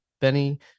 Benny